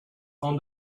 own